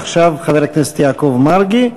עכשיו חבר הכנסת יעקב מרגי,